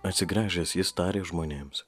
atsigręžęs jis tarė žmonėms